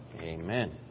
Amen